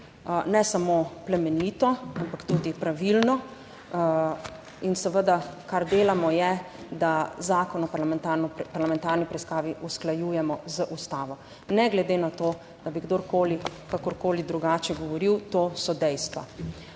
ne samo plemenito, ampak tudi pravilno in, seveda, kar delamo, je, da zakon o parlamentarni preiskavi usklajujemo z ustavo, ne glede na to, da bi kdorkoli kakorkoli drugače govoril. To so dejstva.